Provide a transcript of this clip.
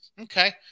Okay